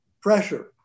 pressure